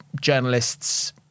journalists